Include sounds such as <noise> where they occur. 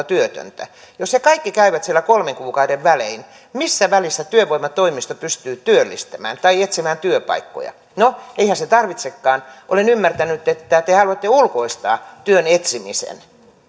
<unintelligible> työtöntä jos he kaikki käyvät siellä kolmen kuukauden välein missä välissä työvoimatoimisto pystyy työllistämään tai etsimään työpaikkoja no eihän sen tarvitsekaan olen ymmärtänyt että te haluatte ulkoistaa työn etsimisen